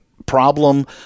problem